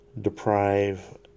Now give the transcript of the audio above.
deprive